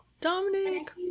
Dominic